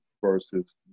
versus